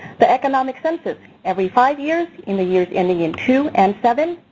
the economic census, every five years in the years ending in two and seven,